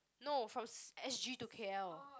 no from si~ S_G to K_L